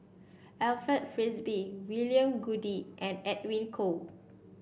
Alfred Frisby William Goode and Edwin Koek